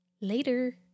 Later